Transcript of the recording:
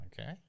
Okay